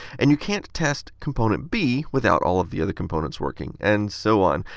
and you can't test component b without all of the other components working, and so on.